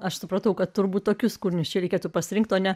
aš supratau kad turbūt tokius kūrinius čia reikėtų pasirinkti o ne